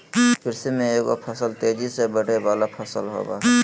कृषि में एगो फसल तेजी से बढ़य वला फसल होबय हइ